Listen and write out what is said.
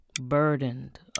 burdened